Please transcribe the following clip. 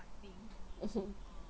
mmhmm